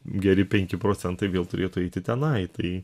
geri penki procentai vėl turėtų eiti tenai tai